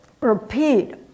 repeat